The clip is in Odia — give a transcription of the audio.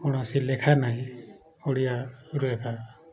କୌଣସି ଲେଖା ନାହିଁ ଓଡ଼ିଆରୁ ଏକା